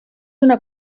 una